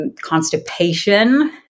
Constipation